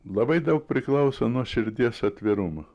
labai daug priklauso nuo širdies atvirumo